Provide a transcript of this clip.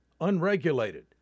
unregulated